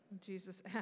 Jesus